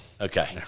Okay